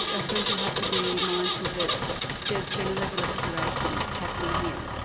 i suppose you'd have to be mindful that there's been a level of curating happening here,